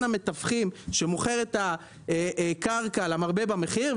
המתווכחים שמוכר את הקרקע למרבה במחיר,